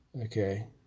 okay